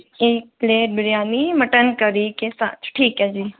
एक plate biryani mutton curry के साथ ठीक है जी